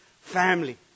family